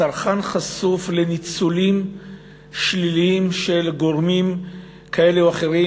הצרכן חשוף לניצולים שליליים של גורמים כאלה או אחרים